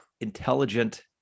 intelligent